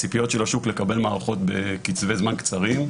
הציפיות של השוק לקבל מערכות בקצבי זמן קצרים.